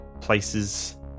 places